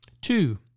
Two